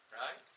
right